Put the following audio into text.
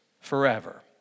forever